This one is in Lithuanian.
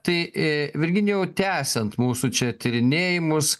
tai virginijau tęsiant mūsų čia tyrinėjimus